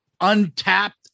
untapped